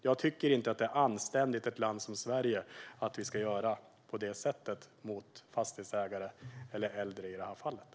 Det är inte anständigt av ett land som Sverige att göra så här mot fastighetsägare och, i detta fall, äldre.